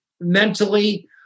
mentally